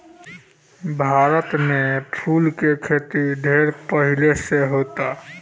भारत में फूल के खेती ढेर पहिले से होता